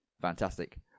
fantastic